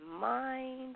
mind